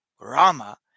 Rama